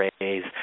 raise